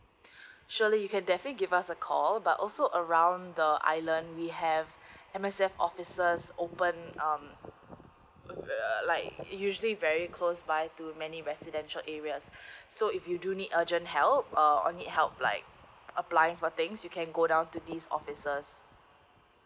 surely you can definitely give us a call but also around the island we have M_S_F offices open um uh like usually very close by to many residential areas so if you do need urgent help or need help like applying for things you can go down to these offices